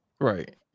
right